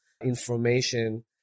information